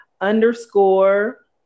underscore